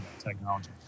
technology